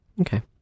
Okay